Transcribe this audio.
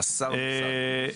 חסר בושה.